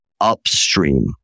upstream